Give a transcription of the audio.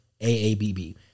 AABB